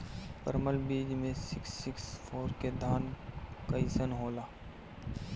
परमल बीज मे सिक्स सिक्स फोर के धान कईसन होला?